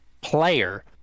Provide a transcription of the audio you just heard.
player